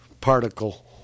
Particle